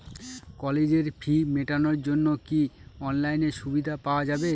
কলেজের ফি মেটানোর জন্য কি অনলাইনে সুবিধা পাওয়া যাবে?